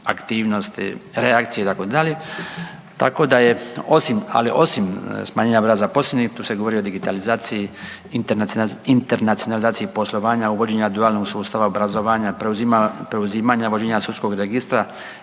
aktivnosti, reakcije, itd., tako da je osim, ali osim smanjenja broja zaposlenih, tu se govori o digitalizaciji, internacionalizaciji poslovanja, uvođenja dualnog sustava obrazovanja, preuzimanja i vođenja Sudskog registra,